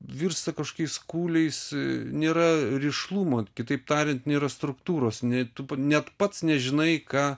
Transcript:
virsta kažkokiais kūliais nėra rišlumo kitaip tariant nėra struktūros nei tu net pats nežinai ką